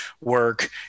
work